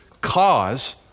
cause